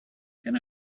can